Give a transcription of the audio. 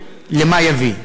למה זה יביא.